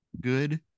good